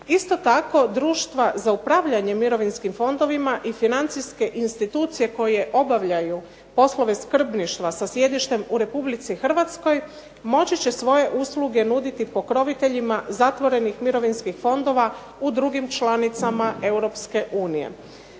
Isto tako društva za upravljanje mirovinskim fondovima, i financijske institucije koje obavljaju poslove skrbništva sa sjedištem u Republici Hrvatskoj moći će svoje usluge nuditi pokroviteljima zatvorenih mirovinskih fondova u drugim članicama Europske unije.